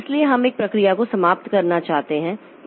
इसलिए हम एक प्रक्रिया को समाप्त करना चाहते हैं